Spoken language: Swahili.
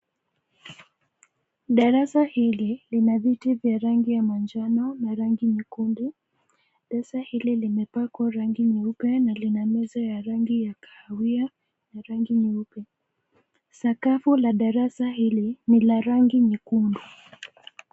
Darasa hili lina viti vya rangi ya manjano na rangi nyekundu. Darasa hili limepakwa rangi nyeupe na meza ya rangi kahawia na rangi nyeupe, sakafu la darasa hili ni la rangi nyekundu.